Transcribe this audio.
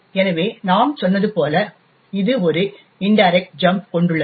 எனவே நாம் சொன்னது போல இது ஒரு இன்டைரக்ட் ஜம்ப் கொண்டுள்ளது